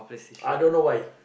I don't why